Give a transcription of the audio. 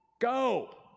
Go